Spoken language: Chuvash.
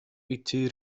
ытти